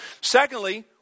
Secondly